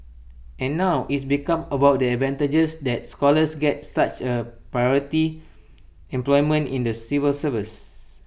and now it's become about the advantages that scholars get such as A priority employment in the civil service